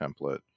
template